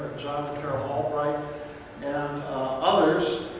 john carol albright and others.